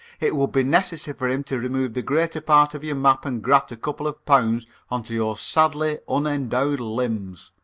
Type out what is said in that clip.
it would be necessary for him to remove the greater part of your map and graft a couple of pounds on to your sadly unendowed limbs.